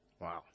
Wow